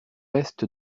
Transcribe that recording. est